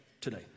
today